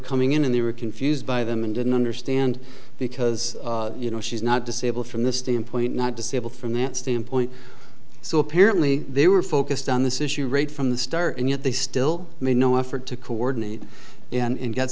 coming in and they were confused by them and didn't understand because you know she's not disabled from this standpoint not disabled from that standpoint so apparently they were focused on this issue rate from the start and yet they still made no effort to coordinate and